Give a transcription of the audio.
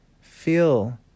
feel